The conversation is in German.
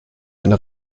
eine